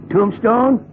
Tombstone